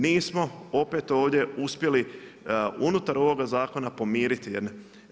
Nismo opet ovdje uspjeli unutar ovog zakona pomiriti jedne.